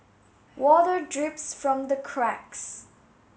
water drips from the cracks